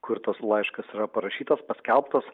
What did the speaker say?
kur tas laiškas yra parašytas paskelbtas